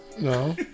No